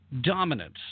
dominance